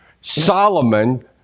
Solomon